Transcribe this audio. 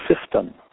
system